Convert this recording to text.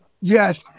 Yes